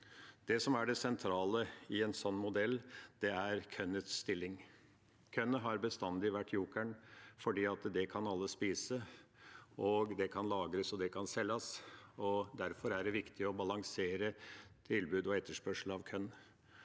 Det som er det sentrale i en sånn modell, er kornets stilling. Kornet har bestandig vært jokeren fordi det er noe alle kan spise, det kan lagres, og det kan selges. Derfor er det viktig å balansere tilbud av og etterspørsel etter